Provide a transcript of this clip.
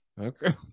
Okay